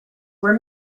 were